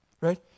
right